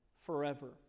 forever